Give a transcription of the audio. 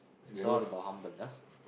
so all about humble ah